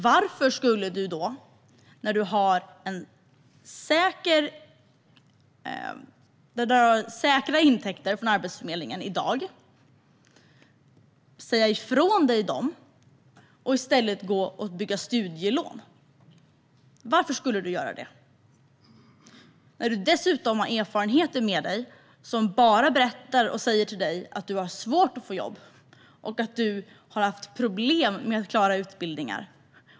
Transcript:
Varför skulle den som har barn och som i dag har säkra intäkter från Arbetsförmedlingen frånsäga sig dessa och i stället bygga upp ett studielån? Varför skulle någon göra det - särskilt om man har tidigare erfarenheter av att man har svårt att få jobb och av att man har haft problem med att klara utbildningar?